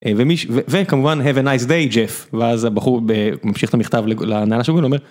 ומישהו וכמובן have a nice day ג'ף ואז הבחור ממשיך את המכתב לנהל השבועים.